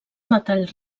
metall